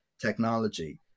technology